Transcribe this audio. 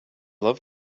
love